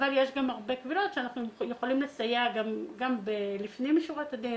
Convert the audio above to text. אבל יש גם הרבה קבילות שאנחנו יכולים לסייע גם לפנים משורת הדין